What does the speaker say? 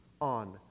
on